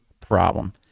problem